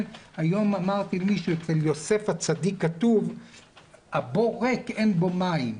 אצל יוסף הצדיק כתוב 'הבור ריק אין בו מים',